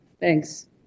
Thanks